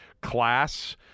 class